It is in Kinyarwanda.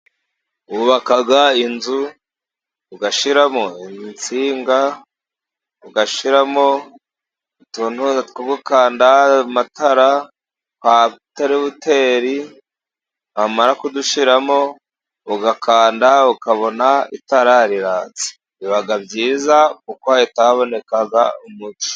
Wubaka inzu ugashyiramo insinga, ugashyiramo utunuza two gukanda amatara kwatariteri, wamara kudushiramo, ugakanda ukabona itara riratse, biba byiza kuko itaboneka umubi.